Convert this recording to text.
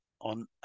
on